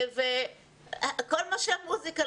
כל מה שהמוסיקה,